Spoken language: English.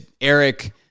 Eric